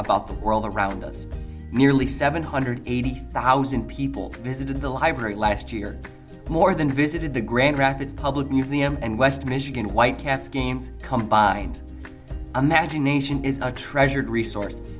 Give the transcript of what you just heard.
about the world around us nearly seven hundred eighty thousand people visited the library last year more than visited the grand rapids public museum and west michigan white cats games come by and imagination is a treasured resource